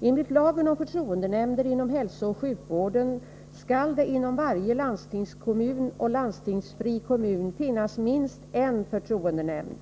Enligt lagen om förtroendenämnder inom hälsooch sjukvården skall det inom varje landstingskommun och landstingsfri kommun finnas minst en förtroendenämnd.